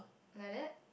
like that